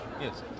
Yes